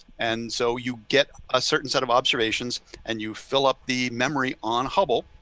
and so you get a certain set of observations and you fill up the memory on hubble.